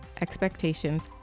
expectations